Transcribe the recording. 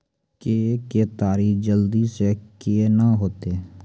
के केताड़ी जल्दी से के ना होते?